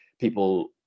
people